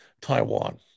Taiwan